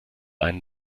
einen